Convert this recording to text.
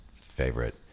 favorite